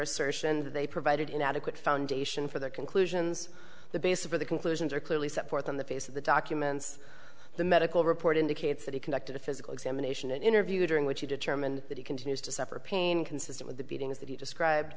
assertions that they provided inadequate foundation for their conclusions the basis for the conclusions are clearly set forth on the face of the documents the medical report indicates that he conducted a physical examination and interview during which he determined that he continues to suffer pain consistent with the beatings that he described